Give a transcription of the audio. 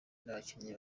n’abakinnyi